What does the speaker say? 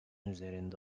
üzerinde